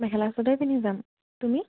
মেখেলা চাদৰ পিন্ধি যাম তুমি